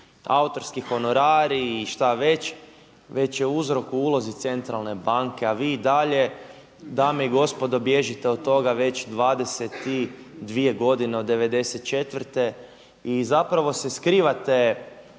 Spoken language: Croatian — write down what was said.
autorski honorari i šta već, već je uzrok u ulozi centralne banke. A vi i dalje, dame i gospodo bježite od toga već 22 godine od '94. I zapravo se skrivate